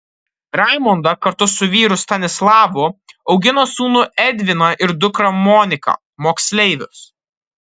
raimonda kartu su vyru stanislavu augina sūnų edviną ir dukrą moniką moksleivius